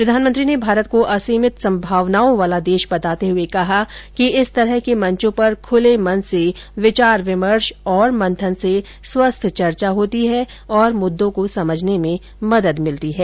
प्रधानमंत्री ने भारत को असीमित सम्भावनाओं वाला देश बताते हुए कहा कि इस तरह के मंचों पर खुले मन से विचार विमर्श तथा मंथन से स्वस्थ चर्चा होती है और मुद्दों को समझने में मदद मिलती है